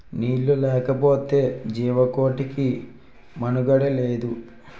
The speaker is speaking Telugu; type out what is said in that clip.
నీళ్లు లేకపోతె జీవకోటికి మనుగడే లేదు